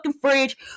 fridge